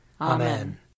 Amen